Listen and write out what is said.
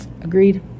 Agreed